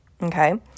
Okay